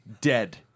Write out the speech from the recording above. dead